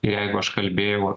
jeigu aš kalbėjau